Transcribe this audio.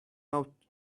out